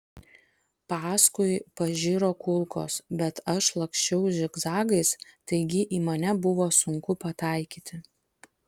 paskui pažiro kulkos bet aš laksčiau zigzagais taigi į mane buvo sunku pataikyti